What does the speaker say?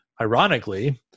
ironically